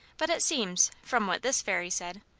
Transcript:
but it seems, from what this fairy said,